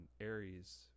aries